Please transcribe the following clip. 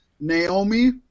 Naomi